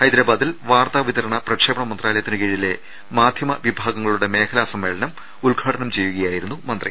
ഹൈദരാബാദിൽ വാർത്താ വിതരണ പ്രക്ഷേപണ മന്ത്രാലയത്തിന് കീഴില്ലെ മാധ്യമ വിഭാഗങ്ങളുടെ മേഖലാ സമ്മേളനം ഉദ്ഘാടനം ചെയ്യുകയായിരുന്നു മന്ത്രി